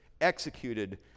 executed